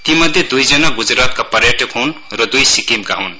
तीमध्ये द्ईजना ग्जरातका पर्यटक हन् र दुई सिक्किमका हुन्